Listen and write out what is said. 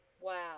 wow